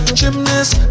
gymnast